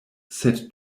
sed